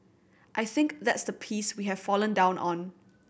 I think that's the piece we have fallen down on